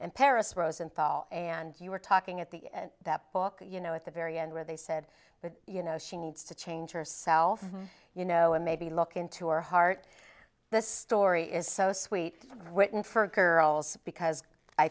and paris rosenthal and you were talking at the book you know at the very end where they said that you know she needs to change herself you know and maybe look into her heart this story is so sweet written for girls because i